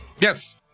Yes